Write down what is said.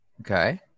Okay